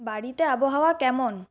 বাড়িতে আবহাওয়া কেমন